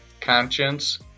conscience